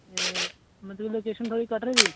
हं ते मतलब लोकेशन थोहाड़ी कटरे दी